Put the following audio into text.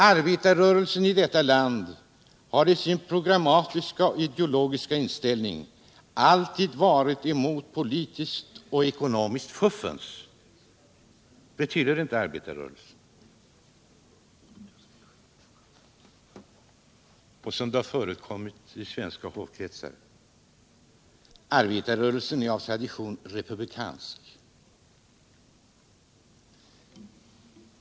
Arbetarrörelsen i detta land har i sin programmatiska och ideologiska inställning alltid varit emot politiskt och ekonomiskt fuffens som förekommit i svenska hovkretsar. Arbetarrörelsen är av tradition republikansk.